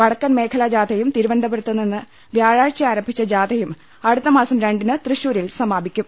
വടക്കൻ മേഖലാ ജാഥയും തിരുവനന്തപുരത്തു നിന്ന് വ്യാഴാഴ്ച ആരംഭിച്ച ജാഥയും അടുത്തമാസം രണ്ടിന് തൃശൂരിൽ സമാപിക്കും